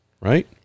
right